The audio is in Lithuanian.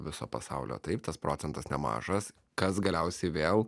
viso pasaulio taip tas procentas nemažas kas galiausiai vėl